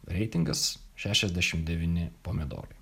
reitingas šešiasdešim devyni pomidorai